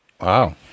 Wow